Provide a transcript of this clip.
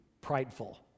prideful